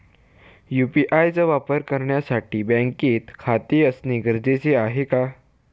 UPI चा वापर करण्यासाठी बँकेत खाते असणे गरजेचे आहे का?